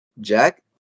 Jack